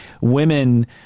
women